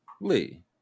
Lee